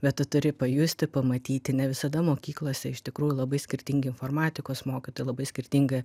bet turi pajusti pamatyti ne visada mokyklose iš tikrųjų labai skirtingi informatikos mokytojai labai skirtinga